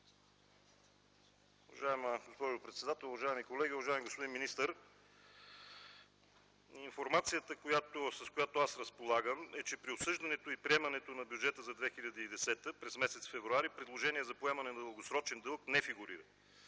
Уважаема госпожо председател, уважаеми колеги, уважаеми господин министър! Информацията, с която аз разполагам, е, че при обсъждането и приемането на бюджета за 2010 г. през м. февруари предложение за поемане на дългосрочен дълг не фигурира.